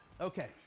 Okay